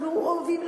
ואנחנו אוהבים,